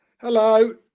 Hello